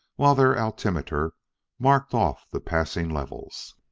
while their altimeter marked off the passing levels.